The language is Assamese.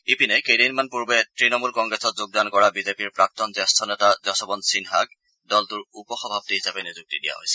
ইপিনে কেইদিনমানপূৰ্বে ত্ণমূল কংগ্ৰেছত যোগদান কৰা বিজেপিৰ প্ৰাক্তন জ্যেষ্ঠ নেতা যশৱন্ত সিনহাক দলটোৰ উপসভাপতি হিচাপে নিযুক্তি দিয়া হৈছে